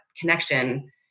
connection